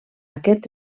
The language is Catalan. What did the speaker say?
aquest